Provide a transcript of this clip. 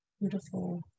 beautiful